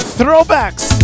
Throwbacks